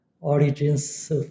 origins